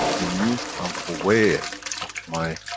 it means, i'm aware of my,